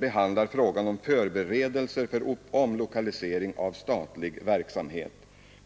gäller frågan om förberedelser för omlokalisering av statlig verksamhet.